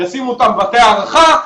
ישימו אותם בבתי הארחה,